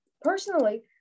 Personally